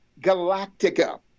Galactica